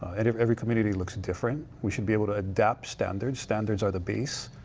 and if every community looks different, we should be able to adapt standard, standards are the base.